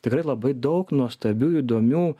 tikrai labai daug nuostabių įdomių